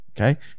okay